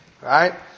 Right